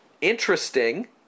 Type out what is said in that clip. interesting